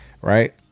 right